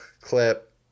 clip